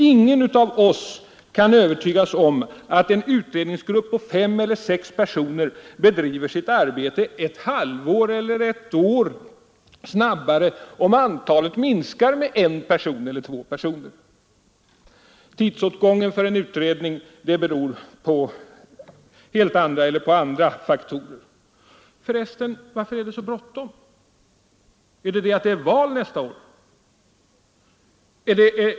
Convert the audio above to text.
Ingen av oss kan övertygas om att en utredning på fem eller sex personer skulle bedriva sitt arbete ett halvår eller ett år snabbare, om antalet ledamöter minskade med en eller två personer. Tidsåtgången för en utredning beror på andra faktorer. För resten, varför är det så bråttom? Är det för att det är val nästa år?